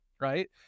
right